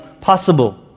possible